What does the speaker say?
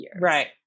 Right